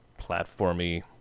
platformy